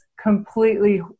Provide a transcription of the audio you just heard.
completely